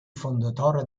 fondatore